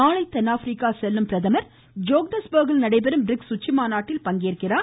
நாளை தென்னாப்பிரிக்கா செல்லும் பிரதமர் ஜோகன்னஸ்பர்கில் நடைபெறும் பிரிக்ஸ் உச்சிமாநாட்டில் பங்கேற்கிறார்